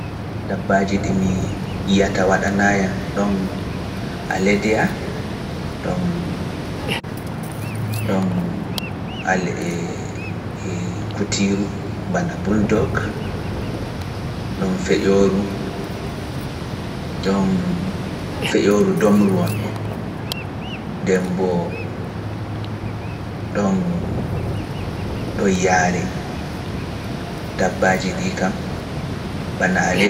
Dabbaaji ɗi mi yiyata waɗanaa yam, ɗoon Aledia, ɗoon Kutiru, bana Buldog, ɗoon Feƴooru, ɗoon Feƴooru domru won ɗon, Demboo, ɗoon ɗo yaari tabaaji ɗi kam.